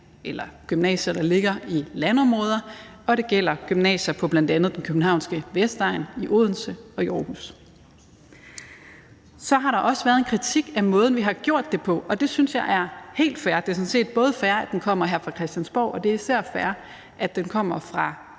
eller gymnasier, der ligger i landområder, og det gælder gymnasier på bl.a. den københavnske vestegn, i Odense og i Aarhus. Så har der også været en kritik af måden, vi har gjort det på, og det synes jeg er helt fair. Det er sådan set både fair, at den kommer her fra Christiansborg, og det er især fair, at den kommer fra